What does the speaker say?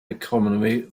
economy